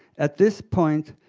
at this point,